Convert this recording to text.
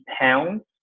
pounds